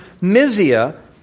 Mysia